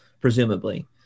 presumably